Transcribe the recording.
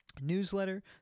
newsletter